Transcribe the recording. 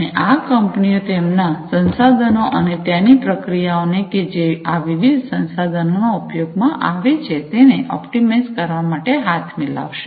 અને આ કંપનીઓ તેમના સંસાધનો અને ત્યાંની પ્રક્રિયાઓનેકે જે આ વિવિધ સંસાધનોના ઉપયોગમાં આવે છેતેને ઑપ્ટિમાઇઝ કરવા માટે હાથ મિલાવશે